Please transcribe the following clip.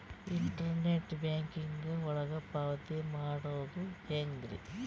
Internet banking ಒಳಗ ಪಾವತಿ ಮಾಡೋದು ಹೆಂಗ್ರಿ?